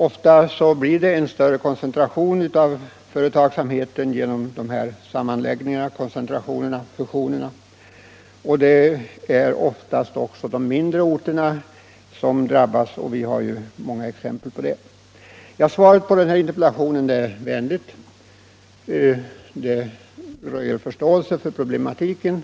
Ofta blir det en större koncentration av företagsamheten genom sammanläggningarna, genom fusionerna, och det är vanligen de mindre orterna som drabbas. Vi har ju många exempel på det. Svaret på interpellationen är vänligt — det röjer förståelse för problematiken. I